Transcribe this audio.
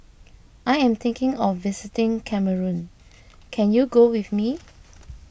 I am thinking of visiting Cameroon can you go with me